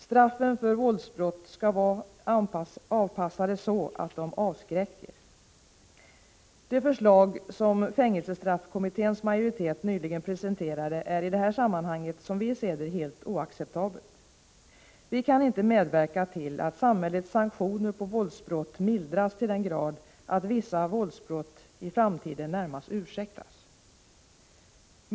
Straffen för våldsbrott skall vara avpassade så att de avskräcker. Det förslag som fängelsestraffkommitténs majoritet nyligen presenterade är i det här sammanhanget, som vi ser det, helt oacceptabelt. Vi kan inte medverka till att samhällets sanktioner på våldsbrott mildras till den grad att vissa våldsbrott i framtiden närmast ursäktas.